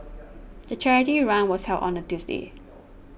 the charity run was held on a Tuesday